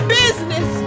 business